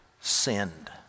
sinned